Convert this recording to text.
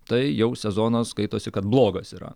tai jau sezonas skaitosi kad blogas yra